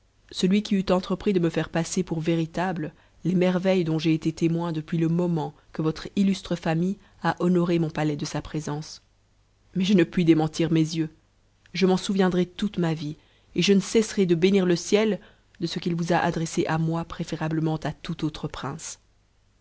celui qui fût entrepris de me faire passer pour véritables les merveilles dont j'ai été témoin depuis le moment que votre illustre famille a honoré mon palais t c sa présence mais je ne puis démentir mes yeux je m'en souviendrai toute ma vie et je ne cesserai de bénir le ciel de ce qn'i vous a adressé moi pt'éférablement à tout antre prince